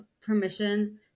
permission